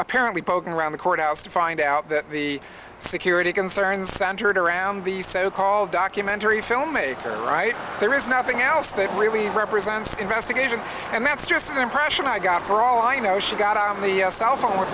apparently poking around the courthouse to find out that the security concerns centered around the so called documentary filmmaker right there is nothing else that really represents the investigation and that's just the impression i got for all i know she got on the cell phone